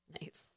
Nice